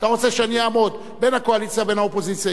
אתה רוצה שאני אעמוד בין הקואליציה ובין האופוזיציה.